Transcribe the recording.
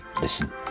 listen